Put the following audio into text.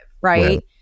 right